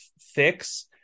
fix